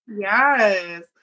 Yes